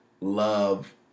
love